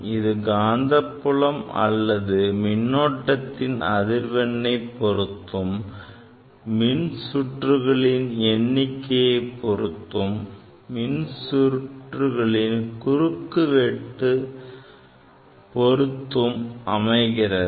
இது காந்தப்புலம் அல்லது மின்னோட்டத்தின் அதிர்வெண்ணை பொருத்தும் மின் சுற்றுகளின் எண்ணிக்கையைப் பொருத்தும் மின் சுற்றுகளின் குறுக்குவெட்டு அளவையும் பொருத்தும் அமைகிறது